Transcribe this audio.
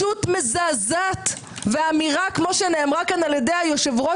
פשוט מזעזעת ואמירה כמו שנאמרו פה על-ידי היושב-ראש